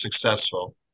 successful